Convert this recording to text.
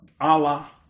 Allah